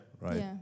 Right